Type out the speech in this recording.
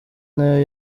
nayo